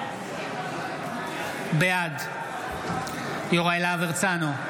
בעד יוראי להב הרצנו,